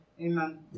Amen